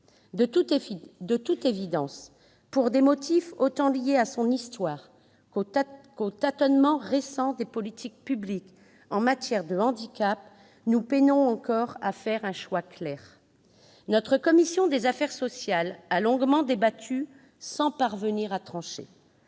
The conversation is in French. De toute évidence, pour des motifs liés autant à son histoire qu'aux tâtonnements récents des politiques publiques en matière de handicap, nous peinons encore à faire un choix clair. La commission des affaires sociales du Sénat a longuement débattu sans parvenir à trancher.